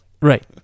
Right